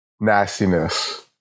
nastiness